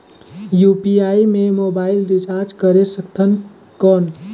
UPI ले mobile recharge करे सकथन कौन?